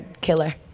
killer